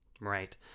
Right